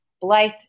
Blythe